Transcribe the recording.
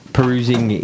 Perusing